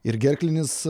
ir gerklinis